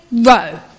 row